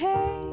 Hey